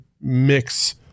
mix